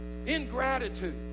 Ingratitude